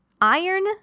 Iron